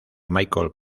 michael